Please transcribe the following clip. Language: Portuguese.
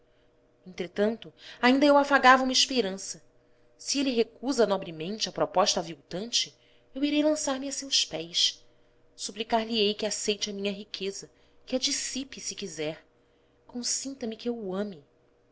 entretanto ainda eu afagava uma esperança se ele recusa nobremente a proposta aviltante eu irei lançar-me a seus pés suplicar lhe ei que aceite a minha riqueza que a dissipe se quiser consinta me que eu o ame